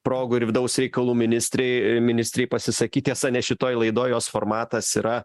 progų ir vidaus reikalų ministrei ministrei pasisakyt tiesa ne šitoj laidoj jos formatas yra